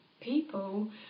people